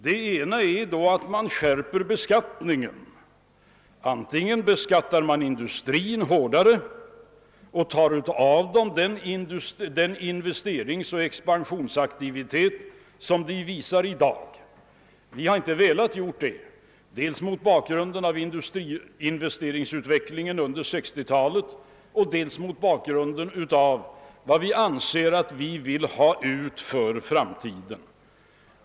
Det ena är att man beskattar industriföretagen hårdare och berövar dem den investeringsoch expansionsaktivitet som de visar i dag. Vi har inte velat göra detta dels mot bakgrunden av industriinvesteringsutvecklingen under 1960-talet, dels mot bakgrunden av vad vi anser att vi vill ha ut för framtiden.